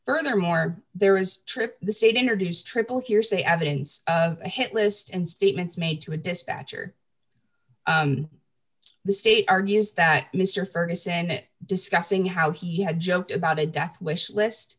furthermore there is trip the state interviews triple hearsay evidence of a hit list and statements made to a dispatcher the state argues that mr ferguson discussing how he had joked about a death wish list